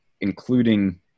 including